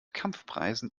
kampfpreisen